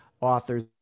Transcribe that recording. authors